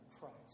Christ